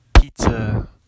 pizza